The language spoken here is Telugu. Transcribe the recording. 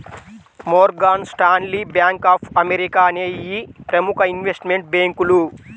Morgan Stanley, bank of America అనేయ్యి ప్రముఖ ఇన్వెస్ట్మెంట్ బ్యేంకులు